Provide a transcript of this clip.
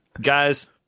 guys